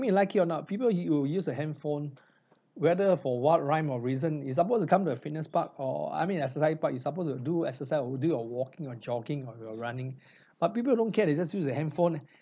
you like or not people use use a handphone whether for what rhyme or reason you supposed to come to a fitness park or I mean exercise park you're supposed to do exercise or do or walking or jogging or or running but people don't care they just use the handphone